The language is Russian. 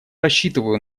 рассчитываю